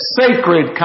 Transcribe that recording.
sacred